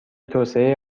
توسعه